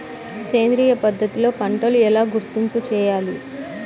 సేంద్రియ పద్ధతిలో పంటలు ఎలా గుర్తింపు చేయాలి?